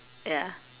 ya